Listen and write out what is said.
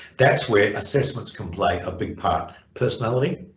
that's where assessments can play a big part personality,